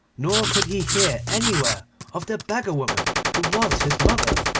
nor could he hear anywhere of the beggar-woman who was his mother,